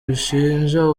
bishinja